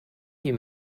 you